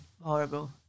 horrible